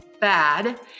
bad